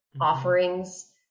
offerings